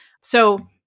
So-